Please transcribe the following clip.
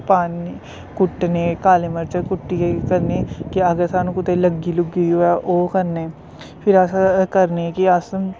पान्ने कुट्टने काले मर्च कुट्टियै केह् करने के अगर सानूं कुतै लग्गी लुग्गी होऐ ओह् करने फिर अस करने कि अस